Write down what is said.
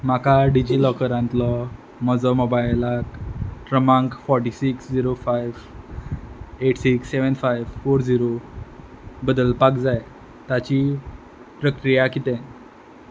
म्हाका डिजी लॉकरांतलो म्हजो मोबायलाक क्रमांक forty six zero five eight six seven five four zero बदलपाक जाय ताची प्रक्रिया किदें